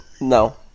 No